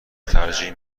ترجیح